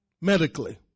Medically